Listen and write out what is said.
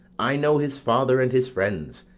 i know his father and his friends,